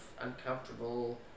uncomfortable